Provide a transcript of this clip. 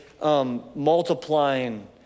Multiplying